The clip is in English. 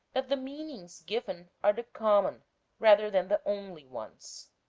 that the meanings given are the common rather than the only ones.